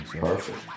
perfect